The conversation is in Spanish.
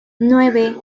nueve